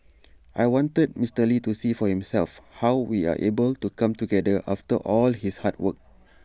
I wanted Mister lee to see for himself how we are able to come together after all his hard work